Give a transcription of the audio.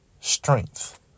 strength